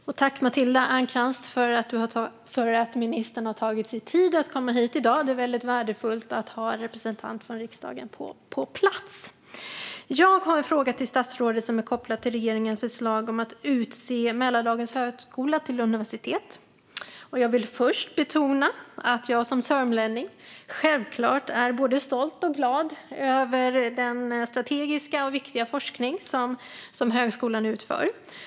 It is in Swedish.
Fru talman! Jag vill tacka minister Matilda Ernkrans för att hon har tagit sig tid att komma hit i dag. Det är värdefullt att ha en representant från regeringen på plats. Jag har en fråga till statsrådet som är kopplad till regeringens förslag om att utse Mälardalens högskola till universitet. Jag vill först betona att jag som sörmlänning självklart är både stolt och glad över den strategiska och viktiga forskning som högskolan utför.